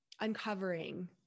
uncovering